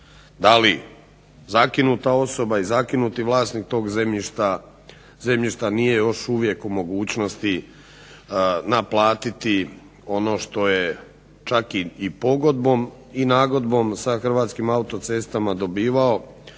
da li zakinuta osoba i zakinuti vlasnik tog zemljišta nije još uvijek u mogućnosti naplatiti ono što je čak i pogodbom i nagodbom sa Hrvatskim autocestama dobivao